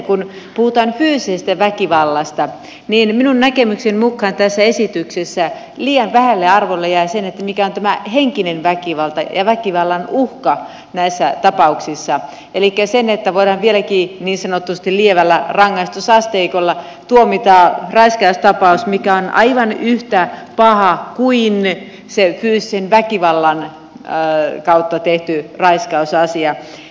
kun puhutaan fyysisestä väkivallasta niin minun näkemykseni mukaan tässä esityksessä liian vähälle arvolle jää se mikä on tämä henkinen väkivalta ja väkivallan uhka näissä tapauksissa elikkä voidaan vieläkin niin sanotusti lievällä rangaistusasteikolla tuomita raiskaustapaus mikä on aivan yhtä paha kuin se fyysisen väkivallan kautta tehty raiskausasia